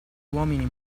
uomini